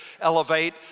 elevate